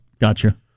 Gotcha